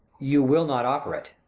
you will not offer it.